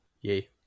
Yay